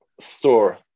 store